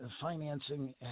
financing